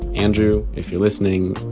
andrew, if you're listening,